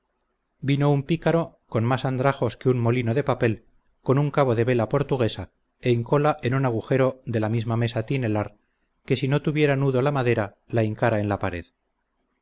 vino un pícaro con más andrajos que un molino de papel con un cabo de vela portuguesa e hincola en un agujero de la misma mesa tinelar que si no tuviera nudo la madera la hincara en la pared